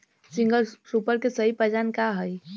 Single super के सही पहचान का हई?